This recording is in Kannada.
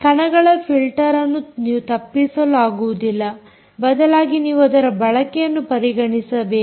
ಕಣಗಳ ಫಿಲ್ಟರ್ಅನ್ನು ನೀವು ತಪ್ಪಿಸಲು ಆಗುವುದಿಲ್ಲ ಬದಲಾಗಿ ನೀವು ಅದರ ಬಳಕೆಯನ್ನು ಪರಿಗಣಿಸಬೇಕು